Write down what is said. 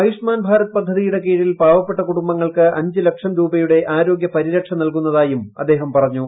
ആയുഷ്മാൻ ഭാരത് പദ്ധതിയുടെ കീഴിൽ പാവപ്പെട്ട കുടുംബങ്ങൾക്ക് അഞ്ച് ലക്ഷം രൂപയുടെ ആരോഗൃ പരിരക്ഷ നൽകുന്നതായും അദ്ദേഹം പറഞ്ഞു